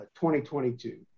2022